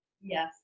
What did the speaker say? Yes